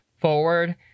forward